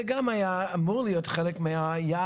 זה גם היה אמור להיות חלק מהיעד.